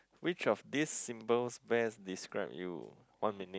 which of these symbols best describe you one minute